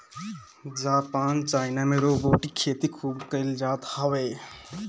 Japan China में robotic खेती खूब कईल जात हवे